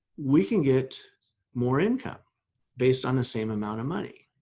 we can get more income based on the same amount of money.